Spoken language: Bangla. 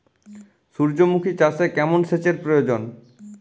সূর্যমুখি চাষে কেমন সেচের প্রয়োজন?